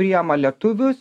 priima lietuvius